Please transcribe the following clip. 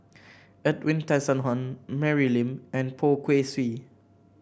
Edwin Tessensohn Mary Lim and Poh Kay Swee